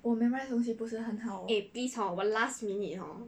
我 memorise 东西不是很好